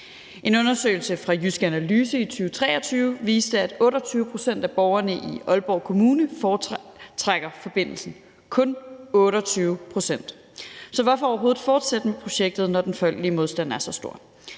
En undersøgelse fra Jysk Analyse i 2023 viste, at 28 pct. af borgerne i Aalborg Kommune foretrækker forbindelsen – kun 28 pct. Så hvorfor overhovedet fortsætte med projektet, når den folkelige modstand er så stor?